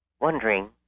Wondering